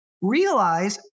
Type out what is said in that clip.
realize